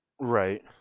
right